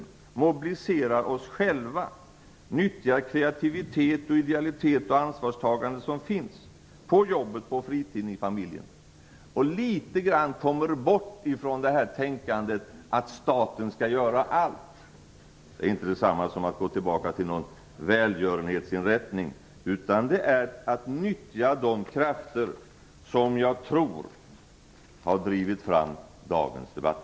Vi måste mobilisera oss själva och nyttja den kreativitet, den idealitet och det ansvarstagande som finns på jobbet, på fritiden och i familjen, så att vi litet grand kommer bort från tänkandet att staten skall göra allt. Detta är inte detsamma som att gå tillbaka till någon välgörenhetsinrättning, utan det är att nyttja de krafter som jag tror har drivit fram dagens debatt.